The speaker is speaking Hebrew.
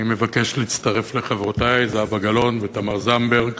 אני מבקש להצטרף לחברותי זהבה גלאון ותמר זנדברג